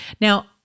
Now